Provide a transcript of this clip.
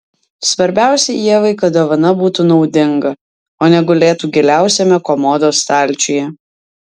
svarbiausia ievai kad dovana būtų naudinga o ne gulėtų giliausiame komodos stalčiuje